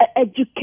education